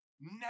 Now